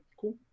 cool